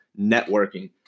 networking